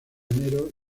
enero